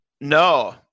No